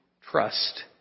trust